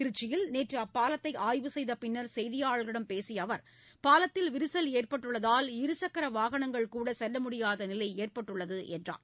திருச்சியில் நேற்று அப்பாலத்தை ஆய்வு செய்த பின்னர் செய்தியாளர்களிடம் பேசிய அவர் பாலத்தில் விரிசல் ஏற்பட்டுள்ளதால் இருசக்கர வாகனங்கள் கூட செல்லமுடியாத நிலை ஏற்பட்டுள்ளது என்றார்